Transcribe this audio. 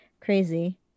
crazy